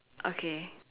okay